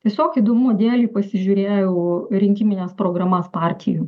tiesiog įdomumo dėlei pasižiūrėjau rinkimines programas partijų